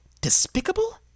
Despicable